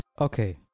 Okay